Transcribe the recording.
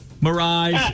Mirage